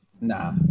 Nah